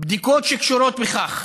בדיקות שקשורות בכך: